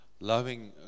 loving